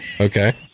okay